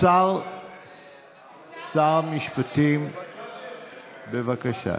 שר המשפטים, בבקשה.